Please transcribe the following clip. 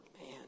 Man